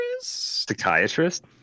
Psychiatrist